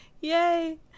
Yay